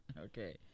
Okay